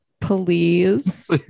Please